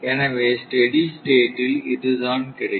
எனவே ஸ்டெடி ஸ்டேட்டில் இதுதான் கிடைக்கும்